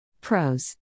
Pros